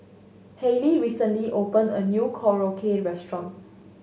Hailey recently opened a new Korokke Restaurant